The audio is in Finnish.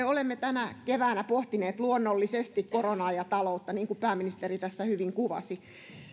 olemme tänä keväänä pohtineet luonnollisesti koronaa ja taloutta niin kuin pääministeri tässä hyvin kuvasi